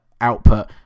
Output